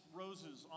roses